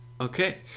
Okay